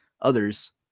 others